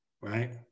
right